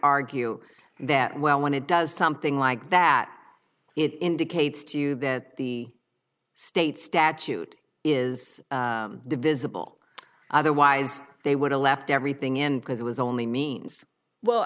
argue that well when it does something like that it indicates to you that the state statute is divisible otherwise they would a left everything in because it was only means well